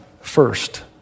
first